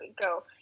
go